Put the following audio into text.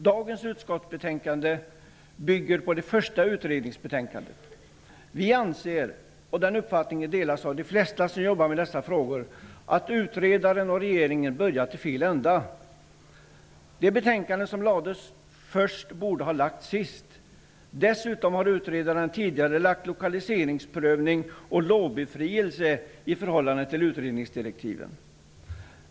Dagens utskottsbetänkande bygger på det första utredningsbetänkandet. Vi anser -- och den uppfattningen delas av de flesta som jobbar med dessa frågor -- att utredaren och regeringen har börjat i fel ända. Det betänkande som lades fram först borde ha lagts fram sist. Dessutom har utredaren tidigarelagt lokaliseringsprövning och lovbefrielse i förhållande till utredningsdirektiven.